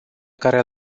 care